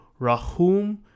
Rahum